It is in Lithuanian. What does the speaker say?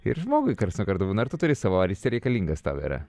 ir žmogui karts nuo karto būna ar tu turi savo ar jisai reikalingas tu yra